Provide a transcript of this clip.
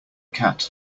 cat